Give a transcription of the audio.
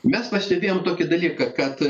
mes pastebėjom tokį dalyką kad